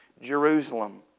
Jerusalem